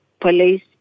police